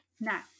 now